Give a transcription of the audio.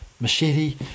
machete